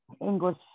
English